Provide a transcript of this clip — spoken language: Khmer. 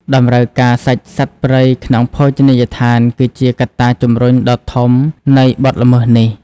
តម្រូវការសាច់សត្វព្រៃក្នុងភោជនីយដ្ឋានគឺជាកត្តាជំរុញដ៏ធំនៃបទល្មើសនេះ។